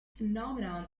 phenomenon